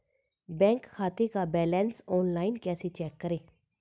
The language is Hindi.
बैंक खाते का बैलेंस ऑनलाइन कैसे चेक करें?